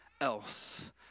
else